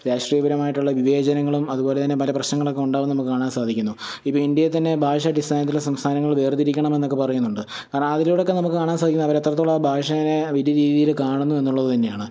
രാഷ്ട്രീയപരമായിട്ടുള്ള വിവേചനങ്ങളും അതുപോലെ തന്നെ പല പ്രശ്നങ്ങളൊക്കെ ഉണ്ടാകുന്നത് നമുക്ക് കാണാൻ സാധിക്കുന്നു ഇപ്പോൾ ഇന്ത്യയെ തന്നെ ഭാഷാടിസ്ഥാന്നത്തിൽ സംസ്ഥാനങ്ങൾ വേർതിരിക്കണം എന്നൊക്കെ പറയുന്നുണ്ട് കാരണം അതിലൂടെയൊക്കെ നമുക്ക് കാണാൻ സാധിക്കുന്ന അവർ എത്രത്തോളം ആ ഭാഷയെ വലിയ രീതിയിൽ കാണുന്നു എന്നുള്ളത് തന്നെയാണ്